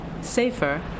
safer